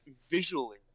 visually